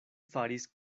faris